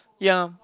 ya